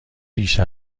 بیش